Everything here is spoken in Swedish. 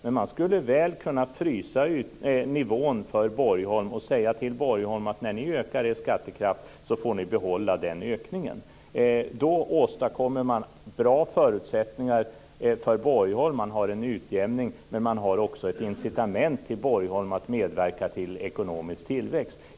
Man skulle mycket väl kunna frysa nivån för Borgholm och säga: När ni ökar er skattekraft så får ni behålla ökningen! Då skulle man åstadkomma bra förutsättningar för Borgholm. Man skulle ha en utjämning, men också ett incitament till Borgholm att medverka till ekonomisk tillväxt.